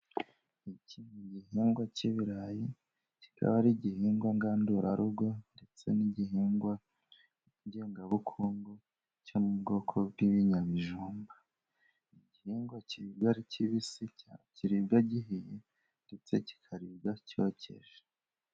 Iki ni igihingwa k'ibirayi, kikaba ari igihingwa ngandurarugo, ndetse ni igihingwa ngengabukungu, cyo mu bwoko bw'ibinyabijumba. Ni igihingwa kiribwa gihiye, ndetse kikaribwa cyokeje.